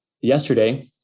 yesterday